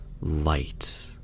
light